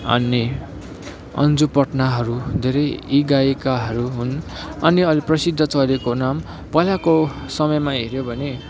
अनि अन्जू पन्थहरू धेरै यी गायिकाहरू हुन अनि अलिक प्रसिद्ध चलेको नाम पहिलाको समयमा हेऱ्यो भने